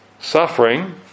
suffering